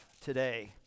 today